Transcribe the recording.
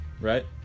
right